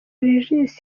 regis